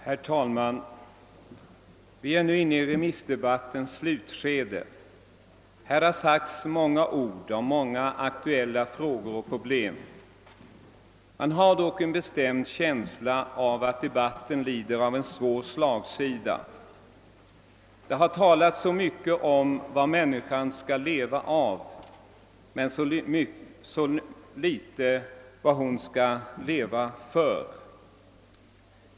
Herr talman! Vi är nu inne i remiss debattens slutskede. Här har sagts många ord om många aktuella frågor och problem, men jag har en bestämd känsla av att debatten lider av en svår slagsida. Det har talats så mycket om vad människan skall leva av men så litet om vad hon skall leva för.